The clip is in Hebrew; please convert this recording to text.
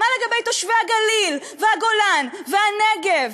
מה לגבי תושבי הגליל והגולן והנגב?